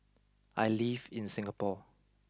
I live in Singapore